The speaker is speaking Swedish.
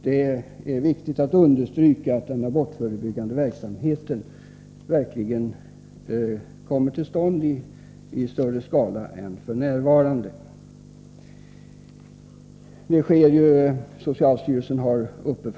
Det är viktigt att understryka att den abortförebyggande verksamheten verkligen bör komma till stånd i större skala än f.n. Även socialstyrelsen behandlar saken.